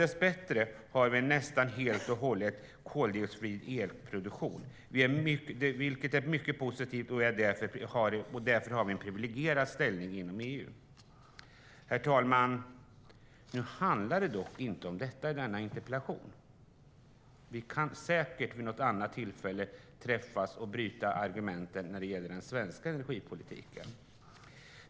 Dess bättre har vi en nästan helt och hållet koldioxidfri elproduktion, vilket är mycket positivt, och därför har vi en privilegierad ställning i EU. Herr talman! Nu handlar denna interpellation dock inte om det. Vi kan säkert vid något annat tillfälle träffas och bryta argumenten när det gäller den svenska energipolitiken.